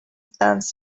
answered